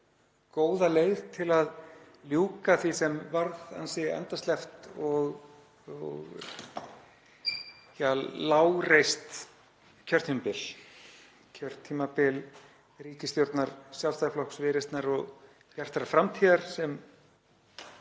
góða leið til að ljúka því sem varð ansi endasleppt og lágreist kjörtímabil, kjörtímabil ríkisstjórnar Sjálfstæðisflokks, Viðreisnar og Bjartrar framtíðar sem